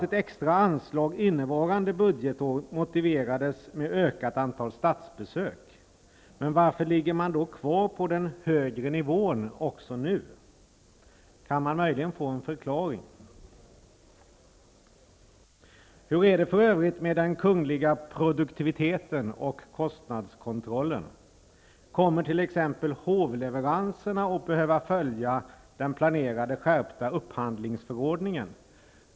Ett extra anslag under innevarande budgetår motiverades med ett ökat antal statsbesök. Varför ligger man då kvar på den högre nivån också nu? Jag undrar om man möjligen kan få en förklaring. Hur är det för övrigt med den kungliga produktiviteten och kostnadskontrollen? Kommer t.ex. hovleveranserna att behöva följa den planerade skärpta upphandlingsförordningen?